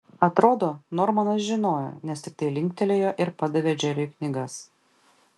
atrodo normanas žinojo nes tiktai linktelėjo ir padavė džeriui knygas